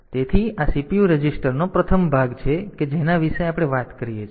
તેથી આ CPU રજીસ્ટરનો પ્રથમ ભાગ છે કે જેના વિશે આપણે વાત કરી છે